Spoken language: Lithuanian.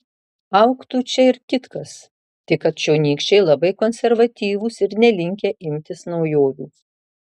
augtų čia ir kitkas tik kad čionykščiai labai konservatyvūs ir nelinkę imtis naujovių